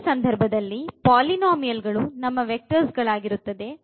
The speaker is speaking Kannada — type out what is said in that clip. ಈ ಸಂದರ್ಭದಲ್ಲಿ ಪಾಲಿನೋಮಿಯಲ್ ಗಳು ನಮ್ಮ ವೆಕ್ಟರ್ ಗಳಾಗಿರುತ್ತದೆ